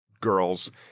girls